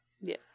yes